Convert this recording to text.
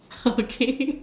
okay